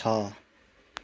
छ